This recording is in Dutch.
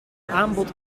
aanbod